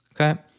Okay